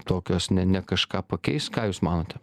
tokios ne ne kažką pakeis ką jūs manote